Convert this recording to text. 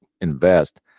invest